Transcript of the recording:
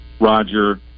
Roger